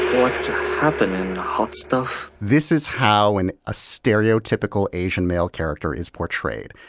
what's happenin', hot stuff? this is how and a stereotypical asian male character is portrayed.